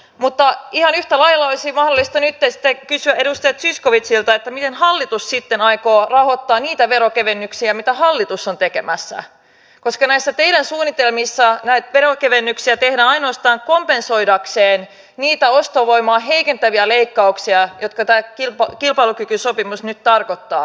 mutta ihan yhtä lailla olisi mahdollista nyt sitten kysyä edustaja zyskowiczilta miten hallitus sitten aikoo rahoittaa niitä verokevennyksiä mitä hallitus on tekemässä koska näissä teidän suunnitelmissanne näitä verokevennyksiä tehdään ainoastaan jotta kompensoitaisiin niitä ostovoimaa heikentäviä leikkauksia joita tämä kilpailukykysopimus nyt tarkoittaa